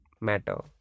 matter